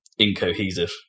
incohesive